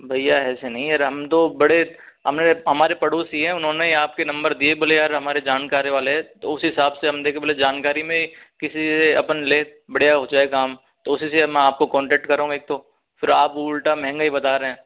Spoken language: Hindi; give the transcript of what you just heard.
भैया ऐसे नहीं अरे हम तो बड़े हमने हमारे पड़ोसी है उन्होने ही आपके नंबर दिए बोले यार हमारे जानकारी वाले हैं तो उस हिसाब से हम देखे बोले जानकारी में किसी अपने से ले बढ़िया हो जाए काम तो उसी से मैं आपको कांटैक्ट कर रहा हूँ एक तो फिर आप उल्टा महंगा ही बता रहे हैं